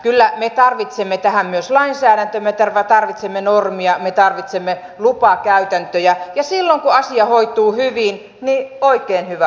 kyllä me tarvitsemme tähän myös lainsäädäntöä me tarvitsemme normeja me tarvitsemme lupakäytäntöjä ja silloin kun asia hoituu hyvin niin oikein hyvä asia